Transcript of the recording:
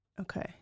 Okay